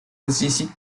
разъяснить